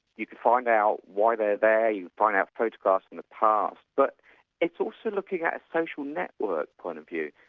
you can find out why they're there, you can find out postcards from the past, but it's also looking at essential network point of view.